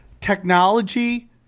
Technology